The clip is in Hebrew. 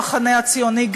המחנה הציוני,